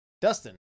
Dustin